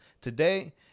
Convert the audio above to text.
Today